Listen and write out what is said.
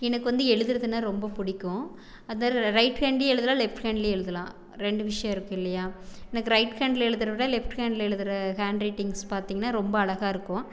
எனக்கு வந்து எழுதுவதுனா ரொம்ப பிடிக்கும் ரைட் ஹேண்ட்லேயும் எழுதலாம் லெஃப்ட் ஹேண்ட்லேயும் எழுதலாம் ரெண்டு விஷயம் இருக்குது இல்லையா எனக்கு ரைட் ஹேண்ட்டில் எழுதுவதவிட லெஃப்ட் ஹேண்ட்டில் எழுதுற ஹேண்ட் ரைட்டிங்ஸ் பார்த்திங்னா ரொம்ப அழகாக இருக்கும்